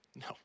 No